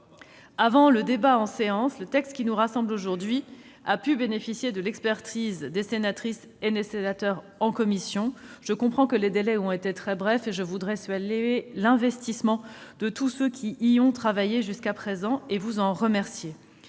Avant le débat en séance, le texte qui nous rassemble aujourd'hui a pu bénéficier de l'expertise des sénatrices et des sénateurs en commission. Je comprends que les délais ont été très brefs. Je voudrais saluer l'investissement de tous ceux qui y ont travaillé jusqu'à présent. Je vous remercie